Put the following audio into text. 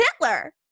Hitler